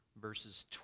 verses